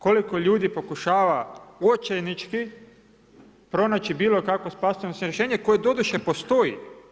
Koliko ljudi pokušava očajnički pronaći bilo koje spasonosno rješenje koje doduše postoji.